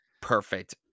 perfect